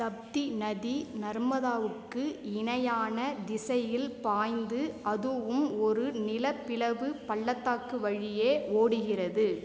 தப்தி நதி நர்மதாவுக்கு இணையான திசையில் பாய்ந்து அதுவும் ஒரு நிலப்பிளவுப் பள்ளத்தாக்கு வழியே ஓடுகிறது